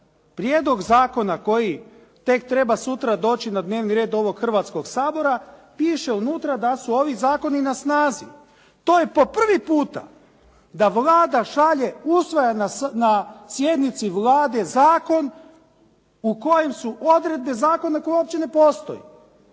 Prijedlog zakona koji tek treba sutra doći na dnevni red ovog Hrvatskog sabora, piše unutra da su ovi zakoni na snazi. To je po prvi puta da Vlada usvaja na sjednici Vlade zakon u kojem su odredbe zakona koji uopće ne postoji.